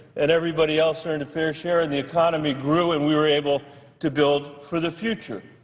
and everybody else earned a fair share, and the economy grew and we were able to build for the future.